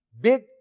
big